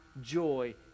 joy